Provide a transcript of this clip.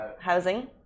Housing